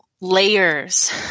layers